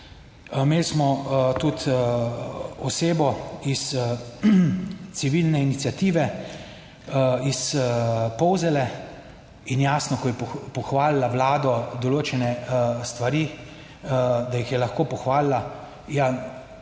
Imeli smo tudi osebo iz Civilne iniciative iz Polzele. In jasno, ko je pohvalila Vlado, določene stvari da jih je lahko pohvalila. Ja,